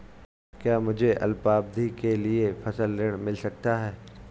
क्या मुझे अल्पावधि के लिए फसल ऋण मिल सकता है?